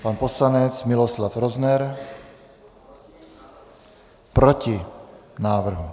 Pan poslanec Miloslav Rozner: Proti návrhu.